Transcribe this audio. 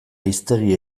hiztegi